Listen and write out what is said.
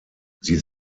sie